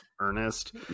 Ernest